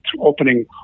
opening